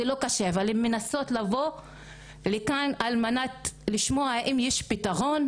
זה לא פשוט אבל הן הגיעו לכאן על מנת לנסות לשמוע אם יש פתרון,